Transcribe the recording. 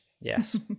Yes